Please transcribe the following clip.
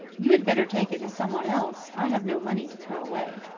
you had better take it to some one else i have no money to throw away.